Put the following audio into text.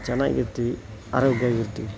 ಚೆನ್ನ್ನಾಗಿರ್ತಿವಿ ಆರೋಗ್ಯವಾಗಿರ್ತೀವಿ